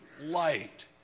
light